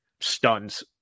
stuns